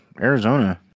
Arizona